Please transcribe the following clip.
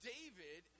David